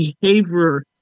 behavior